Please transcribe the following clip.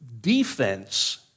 defense